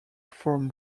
from